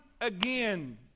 again